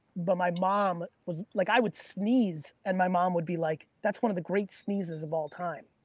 but my mom was like, i would sneeze and my mom would be like, that's one of the great sneezes of all time.